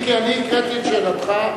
הקראתי את שאלתך,